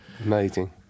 Amazing